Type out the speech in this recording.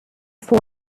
four